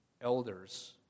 Elders